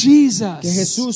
Jesus